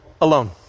alone